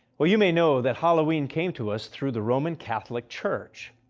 well you may know that halloween came to us through the roman catholic church.